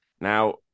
Now